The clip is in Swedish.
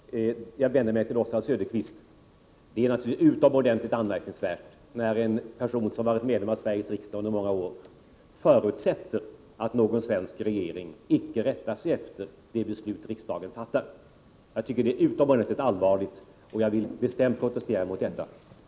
Fru talman! Bara några ord i all korthet till sist. Jag vänder mig till Oswald Söderqvist. Det är naturligtvis utomordentligt anmärkningsvärt när en person som under många år varit medlem av Sveriges riksdag förutsätter att någon svensk regering icke rättar sig efter de beslut riksdagen fattar. Jag tycker det är utomordentligt allvarligt, och jag vill bestämt protestera mot detta.